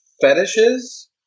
fetishes